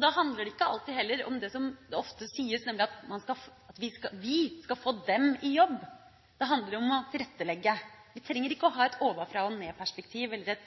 Da handler det ikke alltid heller om det som ofte sies, nemlig at vi skal få dem i jobb. Det handler om å tilrettelegge. Vi trenger ikke å ha ovenfra-og-ned-perspektiv eller